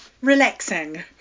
relaxing